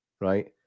Right